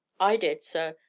i did, sir,